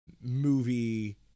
movie